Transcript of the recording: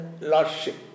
lordship